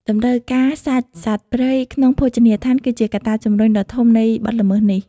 តម្រូវការសាច់សត្វព្រៃក្នុងភោជនីយដ្ឋានគឺជាកត្តាជំរុញដ៏ធំនៃបទល្មើសនេះ។